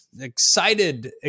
excited